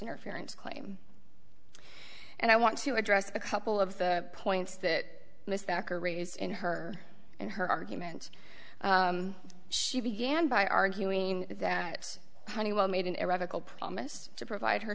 interference claim and i want to address a couple of the points that most backer raised in her and her argument she began by arguing that honeywell made an irrevocable promise to provide her